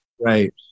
Right